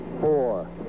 four